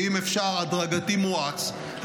ואם אפשר הדרגתי מואץ,